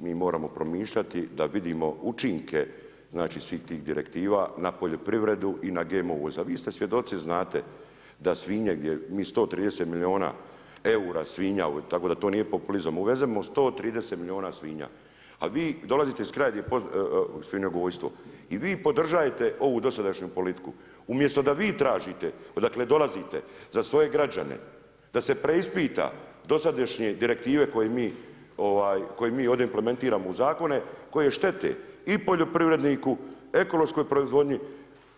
Mi moramo promišljati da vidimo učinke svih tih direktiva na poljoprivredu i GMO uvoz, a vi ste svjedoci znate, da svinja gdje mi 130 miliona eura svinja, tako da to nije populizam, uvezemo 130 miliona svinja, a vi dolazite iz kraja gdje je svinjogojstvo i vi podržajete ovu dosadašnju politiku umjesto da vi tražite odakle dolazite za svoje građane da se preispita dosadašnje direktive koje mi ovdje implementiramo u zakone koje štete i poljoprivredniku, ekološkoj proizvodnji,